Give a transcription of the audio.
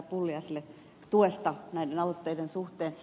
pulliaiselle tuesta näiden aloitteiden suhteen